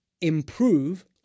improve